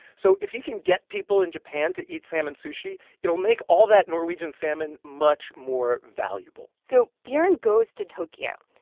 so if he can get people in japan to eat salmon sushi, it'll make all that norwegian salmon much more valuable so bjorn goes to tokyo.